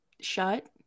shut